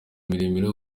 miremire